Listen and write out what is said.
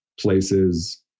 places